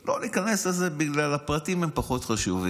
שלא ניכנס לזה, בגלל שהפרטים לא חשובים,